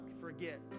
forget